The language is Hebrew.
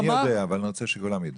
אני יודע אבל אני רוצה שכולם ידעו.